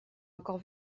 encore